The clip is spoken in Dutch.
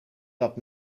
dat